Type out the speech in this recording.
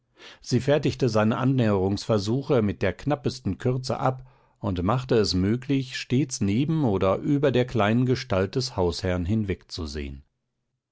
sie fertigte seine annäherungsversuche mit der knappesten kürze ab und machte es möglich stets neben oder über der kleinen gestalt des hausherrn